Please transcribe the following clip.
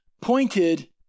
pointed